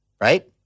right